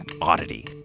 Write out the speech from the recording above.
oddity